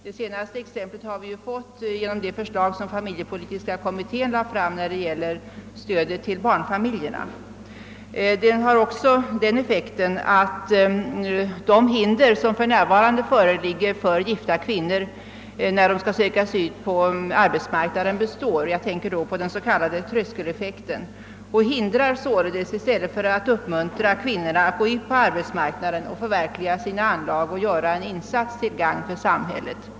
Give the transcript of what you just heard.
Det senaste exemplet härpå har vi fått genom det förslag som den familjepolitiska kommittén lagt fram i fråga om stödet till barnfamiljerna. Tidsutdräkten har även den effekten, att de hinder, som för närvarande föreligger för gifta kvinnor när de skall söka sig ut på arbetsmarknaden, kommer att bestå. Jag tänker på den s.k. tröskeleffekten. Denna hindrar i stället för uppmuntrar kvinnorna att gå ut på arbetsmarknaden för att förverkliga sina anlag och göra en insats till gagn för samhället.